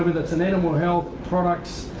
whether it's and animal health products,